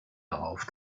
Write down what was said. darauf